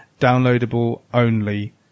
downloadable-only